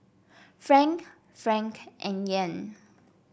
franc franc and Yen